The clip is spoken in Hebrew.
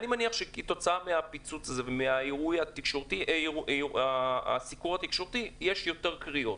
אני מניח שכתוצאה מהפיצוץ הזה ומהסיקור התקשורתי יש יותר קריאות.